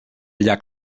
llac